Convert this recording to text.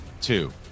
two